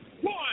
one